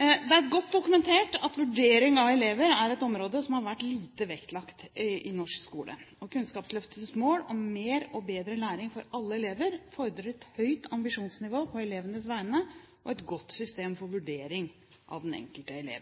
Det er godt dokumentert at vurdering av elever er et område som har vært lite vektlagt i norsk skole. Kunnskapsløftets mål om mer og bedre læring for alle elever fordrer et høyt ambisjonsnivå på elevenes vegne og et godt system for vurdering av den enkelte elev.